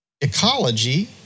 ecology